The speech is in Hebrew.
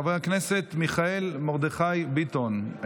חבר הכנסת מיכאל מרדכי ביטון,